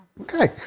Okay